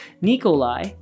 Nikolai